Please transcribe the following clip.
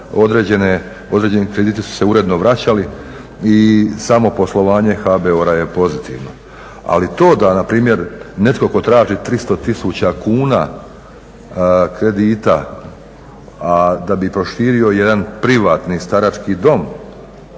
određeni krediti su se uredno vraćali i samo poslovanje HBOR-a je pozitivno. Ali to da npr. netko tko traži 300 000 kuna kredita, a da bi proširio jedan privatni starački dom,